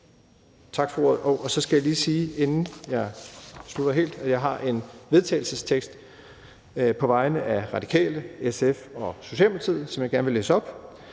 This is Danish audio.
Tak for ordet. Og så skal jeg lige, inden jeg slutter helt, sige, at jeg har en vedtagelsestekst, som jeg på vegne af Radikale, SF og Socialdemokratiet gerne vil læse op: